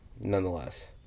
nonetheless